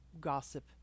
gossip